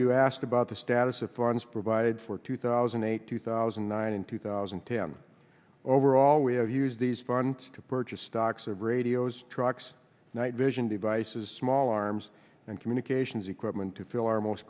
you ask about the status of funds provided for two thousand and eight two thousand and nine and two thousand and ten overall we have used these fonts to purchase stocks of radios trucks night vision devices small arms and communications equipment to fill our most